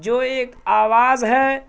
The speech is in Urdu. جو ایک آواز ہے